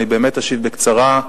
אני באמת אשיב בקצרה.